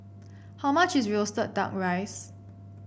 how much is roasted duck rice